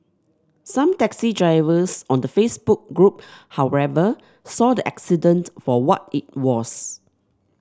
some taxi drivers on the Facebook group however saw the accident for what it was